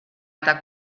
eta